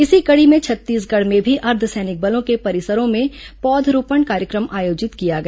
इसी कड़ी में छत्तीसगढ़ में भी अर्द्वसैनिक बलों के परिसरों में पौधरोपण कार्यक्रम आयोजित किया गया